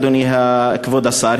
כבוד השר,